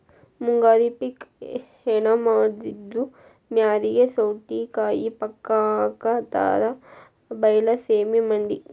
ಮುಂಗಾರಿ ಪಿಕ್ ಎನಮಾಡಿದ್ರು ಮ್ಯಾರಿಗೆ ಸೌತಿಕಾಯಿ ಪಕ್ಕಾ ಹಾಕತಾರ ಬೈಲಸೇಮಿ ಮಂದಿ